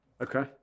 Okay